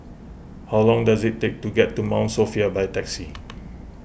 how long does it take to get to Mount Sophia by taxi